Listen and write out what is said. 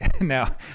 Now